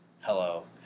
Hello